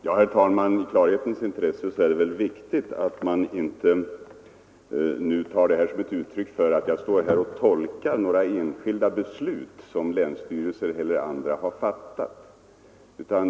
Herr talman! I klarhetens intresse är det viktigt att mitt inlägg inte uppfattas som att jag står här och tolkar enskilda beslut som länsstyrelser eller andra har fattat.